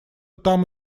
там